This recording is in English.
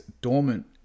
dormant